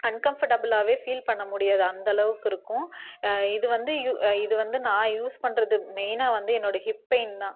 அன்கம்ஃபர்ட்டபிளாகவே feel பண்ண முடியாது அந்தளவுக்கு இருக்கும் இது வந்து யூ இது வந்து நான் யூஸ் பண்ணுறது மெய்னாக வந்து என்னோடய ஹிப் பெய்ன் தான்